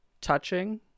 touching